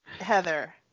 Heather